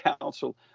Council